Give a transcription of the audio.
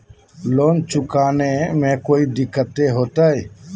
Loan चुकाने में कोई दिक्कतों होते?